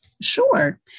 Sure